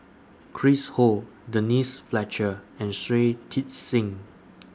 Chris Ho Denise Fletcher and Shui Tit Sing